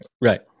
right